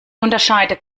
unterscheidet